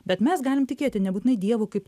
bet mes galim tikėti nebūtinai dievu kaip